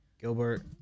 Gilbert